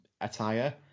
attire